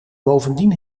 bovendien